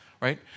right